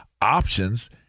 options